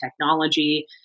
technology